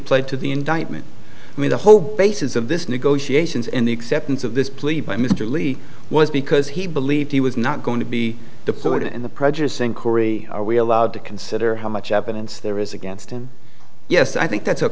pled to the indictment i mean the whole basis of this negotiations and the acceptance of this plea by mr lee was because he believed he was not going to be deployed in the prejudicing corey are we allowed to consider how much evidence there is against him yes i think that's